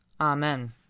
Amen